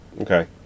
Okay